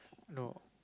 no